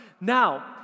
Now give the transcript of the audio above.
Now